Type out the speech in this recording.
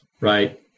right